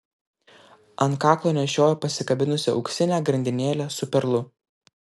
ant kaklo nešiojo pasikabinusi auksinę grandinėlę su perlu